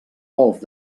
golf